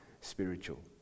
spiritual